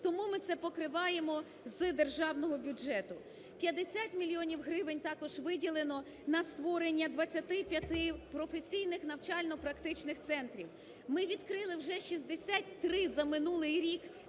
Тому ми це покриваємо з державного бюджету. 50 мільйонів гривень також виділено на створення 25 професійних навчально-практичних центрів. Ми відкрили вже 63 за минулий рік